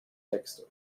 texte